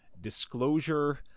disclosure